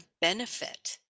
benefit